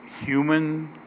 human